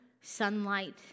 sunlight